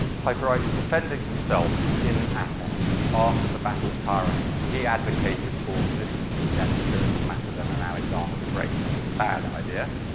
hypereides defending himself in athens after the battle of coronea. he advocated for resistance against phillip in macedon and alexander the great which was a bad idea.